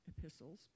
epistles